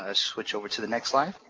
ah switch over to the next slide.